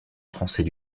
français